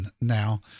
now